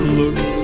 look